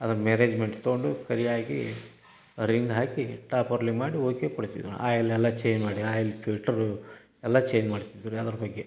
ಅದನ್ನು ಮ್ಯಾರೇಜ್ಮೆಂಟ್ ತೊಗೊಂಡು ಸರಿಯಾಗಿ ರಿಂಗ್ ಹಾಕಿ ಟಾಪ್ ವರ್ಲಿಂಗ್ ಮಾಡಿ ಓಕೆ ಕೊಡ್ತಿದ್ರು ಆಯಿಲೆಲ್ಲ ಚೇನ್ ಮಾಡಿ ಆಯಿಲ್ ಫಿಲ್ಟ್ರು ಎಲ್ಲ ಚೇನ್ ಮಾಡ್ತಿದ್ದರು ಅದರ ಬಗ್ಗೆ